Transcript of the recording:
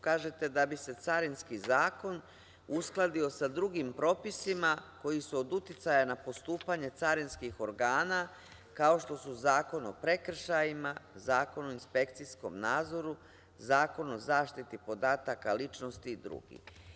Kažete - da bi se Carinski zakon uskladio sa drugim propisima koji su od uticaja na postupanja carinskih organa, kao što su Zakon o prekršajima, Zakon o inspekcijskom nadzoru, Zakon o zaštiti podataka ličnosti i drugi.